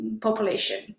population